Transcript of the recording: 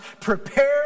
prepare